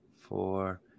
four